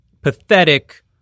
pathetic